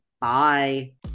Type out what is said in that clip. Bye